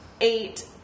eight